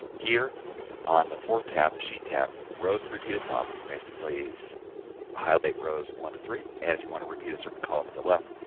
here on the fourth tab, the sheet tab, rows to repeat at top we can basically just highlight rows one, two, three and if you want to repeat a certain column at the left,